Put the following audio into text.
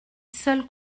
seuls